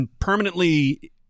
permanently